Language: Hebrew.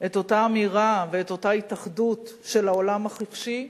את אותה אמירה ואת אותה התאחדות של העולם החופשי.